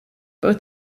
both